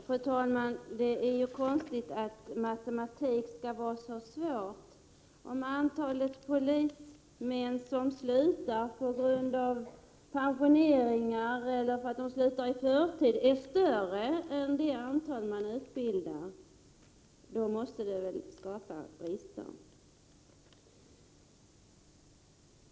Fru talman! Det är konstigt att matematik skall vara så svårt. Om antalet polismän som slutar på grund av pensioneringar eller i förtid är större än det antal man utbildar, då måste det väl leda till brister!